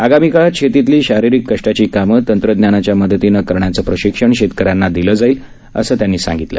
आगामी काळात शेतीतली शारीरिक कष्टाची कामं तंत्रज्ञानाच्या मदतीनं करण्याचं प्रशिक्षण शेतकऱ्यांना दिलं जाईल असं ते यावेळी म्हणाले